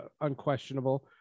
unquestionable